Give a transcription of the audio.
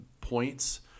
points